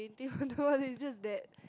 painting on the wall it's just that